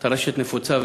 טרשת נפוצה.